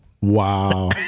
Wow